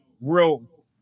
real